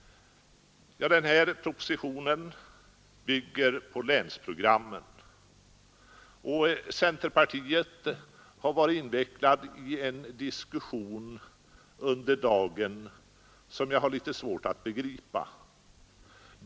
Propositionen bygger på länsprogrammen, och centerpartiet har under dagen varit invecklat i en diskussion som jag har litet svårt att begripa.